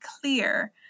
clear